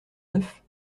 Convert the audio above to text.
neuf